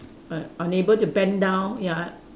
un~ unable to bend down ya